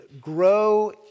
grow